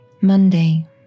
Monday